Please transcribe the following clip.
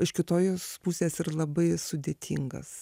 iš kitos pusės ir labai sudėtingas